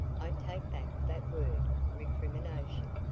i take back that word, recrimination.